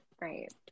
Right